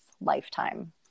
lifetime